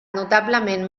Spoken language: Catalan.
notablement